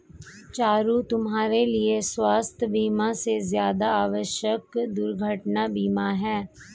चारु, तुम्हारे लिए स्वास्थ बीमा से ज्यादा आवश्यक दुर्घटना बीमा है